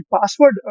password